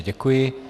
Děkuji.